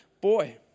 boy